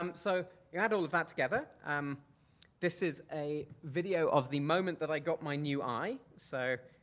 um so you add all of that together. um this is a video of the moment that i got my new eye. so,